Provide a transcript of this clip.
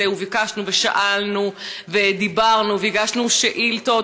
הזה ביקשנו ושאלנו ודיברנו והגשנו שאילתות,